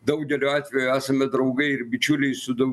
daugeliu atvejų esame draugai ir bičiuliai su dau